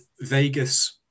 Vegas